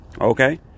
Okay